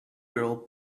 girl